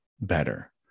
better